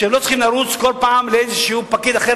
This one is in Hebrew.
שהם לא יצטרכו לרוץ כל פעם לאיזה פקיד אחר